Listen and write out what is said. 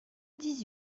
dix